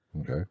Okay